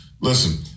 Listen